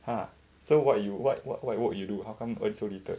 !huh! so what you what what what work you do how come earn so little